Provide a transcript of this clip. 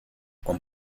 con